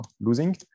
losing